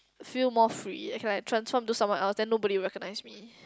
feel more free I can like transform into someone else then nobody will recognise me